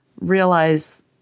realize